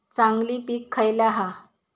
चांगली पीक खयला हा?